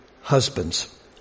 husbands